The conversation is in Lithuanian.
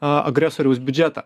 a agresoriaus biudžetą